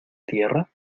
tierra